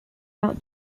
out